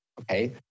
okay